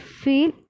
feel